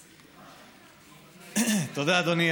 תודה, אדוני.